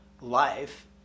life